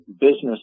business